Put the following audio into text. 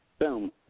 boom